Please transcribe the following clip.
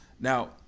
Now